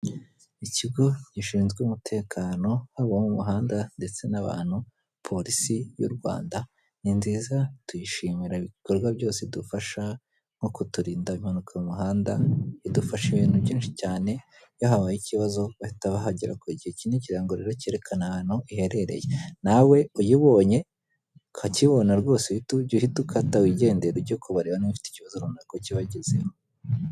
Ikigo gishinzwe umutekano waba uwo mu muhanda ndetse n'abantu polisi y'urwanda ni nziza tuyishimira ibikorwa byose idufasha nko kuturinda impanuka mu muhanda idufasha ibintu byinshi cyane iyo habaye ikibazo bahita bahagera ku gihe. Iki ni ikirango rero kerekana ahantu iherereye nawe uyibonye ukakibona rwose uhite ukata wigendere uge kubareba niba ufite ikibazo runaka ukibagezeho.